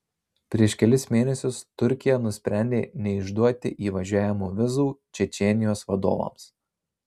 prieš kelis mėnesius turkija nusprendė neišduoti įvažiavimo vizų čečėnijos vadovams